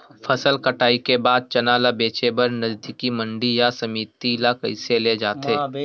फसल कटाई के बाद चना ला बेचे बर नजदीकी मंडी या समिति मा कइसे ले जाथे?